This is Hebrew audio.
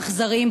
אכזריים,